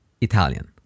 Italian